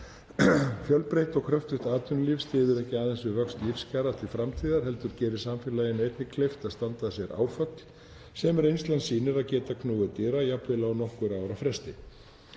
Fjölbreytt og kröftugt atvinnulíf styður ekki aðeins við vöxt lífskjara til framtíðar heldur gerir samfélaginu einnig kleift að standa af sér áföll, sem reynslan sýnir að geta knúið dyra, jafnvel á nokkurra ára fresti.